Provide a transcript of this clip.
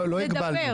לא.